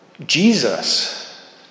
Jesus